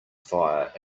fire